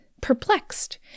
perplexed